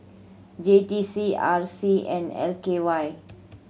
J T C R C and L K Y